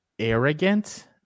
arrogant